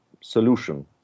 solution